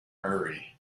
hurry